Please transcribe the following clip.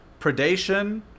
predation